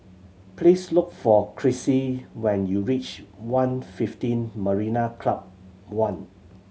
please look for Cressie when you reach One fifteen Marina Club One